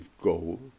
goal